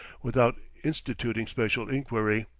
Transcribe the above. without instituting special inquiry.